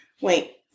wait